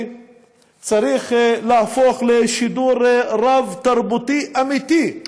צריך להפוך לשידור רב-תרבותי אמיתי,